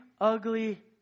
ugly